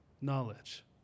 knowledge